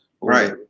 right